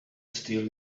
steal